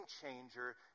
changer